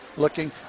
looking